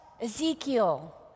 Ezekiel